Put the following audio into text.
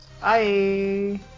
Bye